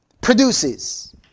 produces